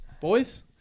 boys